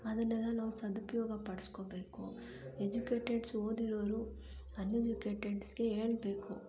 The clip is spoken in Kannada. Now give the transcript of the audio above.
ಅದನ್ನೆಲ್ಲ ನಾವು ಸದುಪಯೋಗ ಪಡಿಸ್ಕೊಬೇಕು ಎಜುಕೇಟೆಡ್ಸ್ ಓದಿರೋರು ಅನ್ಎಜುಕೇಟೆಡ್ಸ್ಗೆ ಹೇಳ್ಬೇಕು